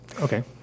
Okay